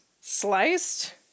sliced